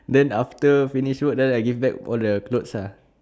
then after finish work then I give back all the clothes ah